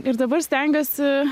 ir dabar stengiuosi